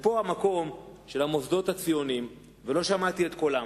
פה המקום של המוסדות הציוניים, ולא שמעתי את קולם,